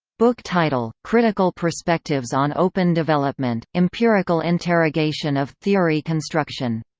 book title critical perspectives on open development empirical interrogation of theory construction